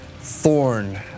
Thorn